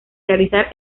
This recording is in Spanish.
realizar